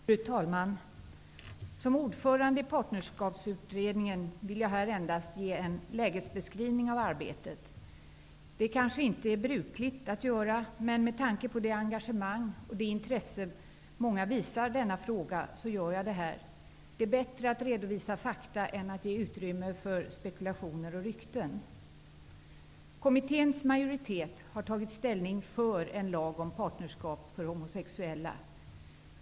Fru talman! Som ordförande i Partnerskapskommittén vill jag här endast ge en lägesbeskrivning av arbetet. Det kanske inte är brukligt att göra, men med tanke på det engagemang och det intresse som många visar denna fråga gör jag det här. Det är bättre att redovisa fakta än att ge utrymme för spekulationer och rykten. Kommitténs majoritet har tagit ställning för en lag om partnerskap för homosexuella.